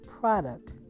product